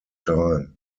time